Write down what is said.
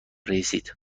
رسید